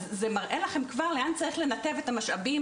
זה כבר מראה לכם לאן צריך לנתב את המשאבים